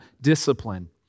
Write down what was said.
discipline